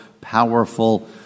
powerful